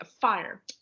fire